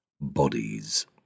bodies